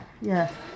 yes